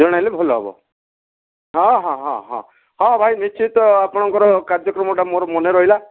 ଜଣାଇଲେ ଭଲ ହେବ ହଁ ହଁ ହଁ ହଁ ହଁ ଭାଇ ନିଶ୍ଚିତ ଆପଣଙ୍କର କାର୍ଯ୍ୟକ୍ରମ ଟା ମୋର ମନେ ରହିଲା